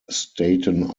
staten